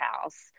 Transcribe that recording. house